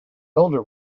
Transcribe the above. older